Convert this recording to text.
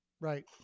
right